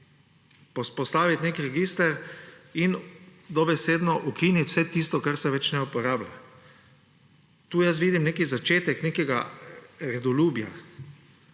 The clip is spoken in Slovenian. vzpostaviti nek register in dobesedno ukinit vse tisto, česar se več ne uporablja. Tu vidim nek začetek nekega redoljubja,